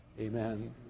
amen